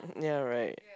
ya right